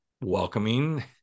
welcoming